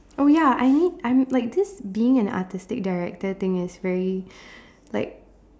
oh ya I need I'm like this being an artistic director thing is very like